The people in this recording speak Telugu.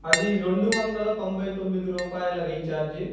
అది రెండు వందల తొంభై తొమ్మిది రూపాయల రీఛార్జ్